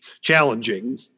challenging